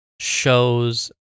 shows